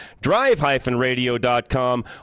drive-radio.com